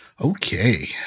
okay